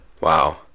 wow